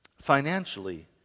financially